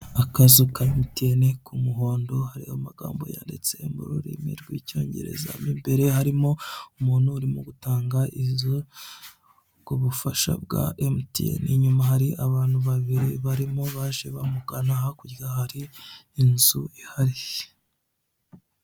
Akazu ka emutiyeni k'umuhondo, hariho amagambo yanditse mu rurimi rw'icyongereza, mo imbere harimo umuntu urimo gutanga izo, ubwo bufasha bwa emutiyeni, inyuma hari abantu babiri barimo baje bamugana, hakirya hari inzu ihari.